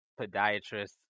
podiatrists